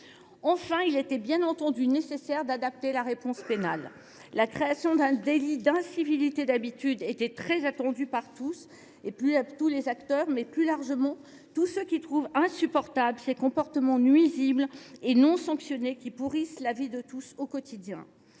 Enfin, il est bien entendu nécessaire d’adapter la réponse pénale. La création d’un délit d’incivilité d’habitude est très attendue par les acteurs du secteur, mais plus largement par tous ceux qui trouvent insupportables ces comportements nuisibles et non sanctionnés qui pourrissent la vie de tous au quotidien.